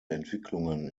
entwicklungen